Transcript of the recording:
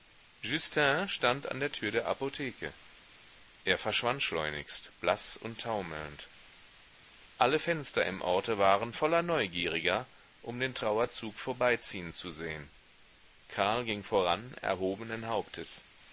justin stand an der tür der apotheke er verschwand schleunigst blaß und taumelnd alle fenster im orte waren voller neugieriger um den trauerzug vorbeiziehen zu sehn karl ging voran erhobenen hauptes